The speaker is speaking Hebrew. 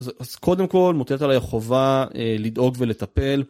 אז קודם כל מוטלת עליי החובה לדאוג ולטפל.